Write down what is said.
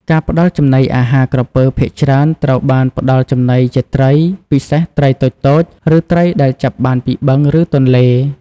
ការផ្តល់ចំណីអាហារក្រពើភាគច្រើនត្រូវបានផ្តល់ចំណីជាត្រី ពិសេសត្រីតូចៗ ឬត្រីដែលចាប់បានពីបឹង ឬទន្លេ។